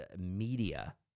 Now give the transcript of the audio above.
media